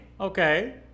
Okay